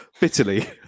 bitterly